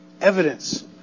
evidence